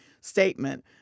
statement